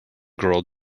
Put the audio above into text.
girl